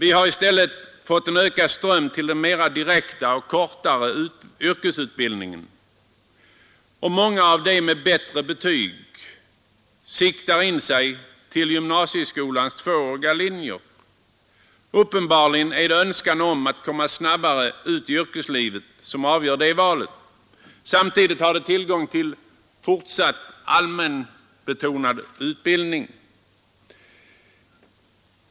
I stället har vi fått en ökad ström till den mera direkta och kortare yrkesutbildningen. Många ungdomar med bättre betyg siktar nu in sig på gymnasieskolans tvååriga linjer. Det är uppenbarligen en önskan att komma snabbare ut i yrkeslivet som avgör valet. Samtidigt har de tillgång till fortsatt allmänbetonad utbildning.